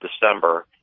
December